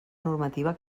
normativa